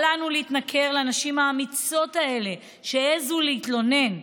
אל לנו להתנכר לנשים האמיצות האלה שהעזו להתלונן.